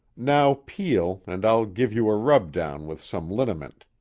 now peel, and i'll give you a rub-down with some liniment.